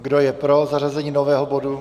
Kdo je pro zařazení nového bodu?